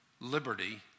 liberty